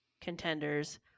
contenders